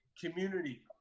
community